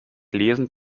lesend